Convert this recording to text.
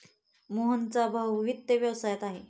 मोहनचा भाऊ वित्त व्यवसायात आहे